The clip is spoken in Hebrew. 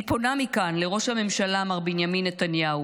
אני פונה מכאן לראש הממשלה מר בנימין נתניהו: